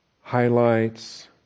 highlights